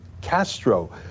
castro